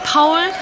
Paul